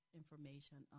information